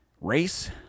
Race